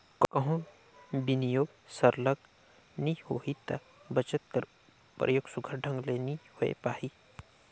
कहों बिनियोग सरलग नी होही ता बचत कर परयोग सुग्घर ढंग ले नी होए पाही